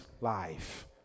life